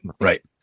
right